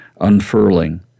unfurling